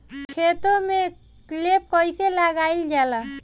खेतो में लेप कईसे लगाई ल जाला?